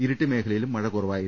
ഇരിട്ടി മേഖലയിലും മഴ കുറവായിരുന്നു